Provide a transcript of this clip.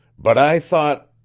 but i thought.